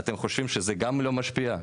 אתם חושבים שזה גם לא משפיע?